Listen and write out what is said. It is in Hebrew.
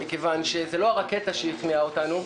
מכיוון שזאת לא הרקטה שהכריעה אותנו,